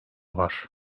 var